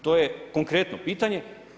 To je konkretno pitanje.